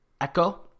echo